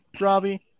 Robbie